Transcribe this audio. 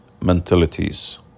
mentalities